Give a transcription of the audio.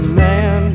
man